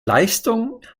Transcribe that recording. leistungen